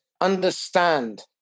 understand